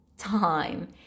time